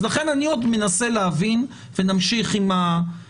אז לכן אני עוד מנסה להבין ונמשיך עם הדיון.